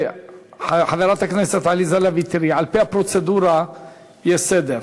חברת הכנסת עליזה לביא, על-פי הפרוצדורה יש סדר.